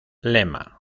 lema